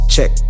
Check